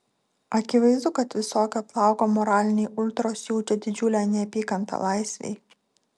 akivaizdu kad visokio plauko moraliniai ultros jaučia didžiulę neapykantą laisvei